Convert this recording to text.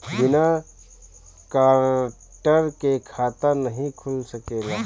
बिना गारंटर के खाता नाहीं खुल सकेला?